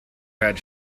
had